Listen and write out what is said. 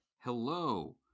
Hello